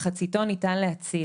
מחציתו ניתן להציל.